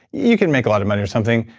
you can make a lot of money or something,